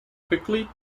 quickly